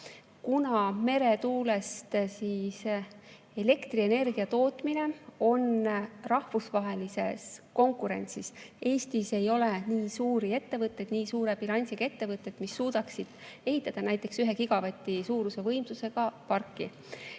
kuna meretuulest elektrienergia tootmine toimub rahvusvahelises konkurentsis. Eestis ei ole nii suuri ettevõtteid, nii suure bilansiga ettevõtteid, mis suudaksid ehitada näiteks 1 gigavati suuruse võimsusega parki. Sealt